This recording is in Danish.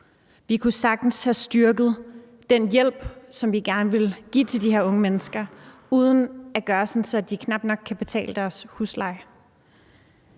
Vi kunne sagtens have styrket den hjælp, som vi gerne ville give til de her unge mennesker, uden at gøre det sådan, at de knap nok kan betale deres husleje.